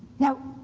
now,